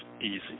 easy